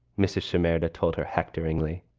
mrs. shimada told her hectoring lee,